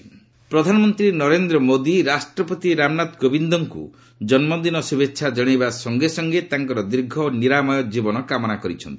PM ପ୍ରେଜ୍ birthday ପ୍ରଧାନମନ୍ତ୍ରୀ ନରେନ୍ଦ୍ର ମୋଦି ରାଷ୍ଟ୍ରପତି ରାମନାଥ କୋବିନ୍ଦଙ୍କୁ ଜନ୍ମୁଦିନ ଶୁଭେଚ୍ଛା ଜଣାଇବା ସଙ୍ଗେସଙ୍ଗେ ତାଙ୍କର ଦୀର୍ଘ ଓ ନିରାମୟ ଜୀବନ କାମନା କରିଛନ୍ତି